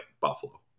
Buffalo